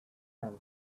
man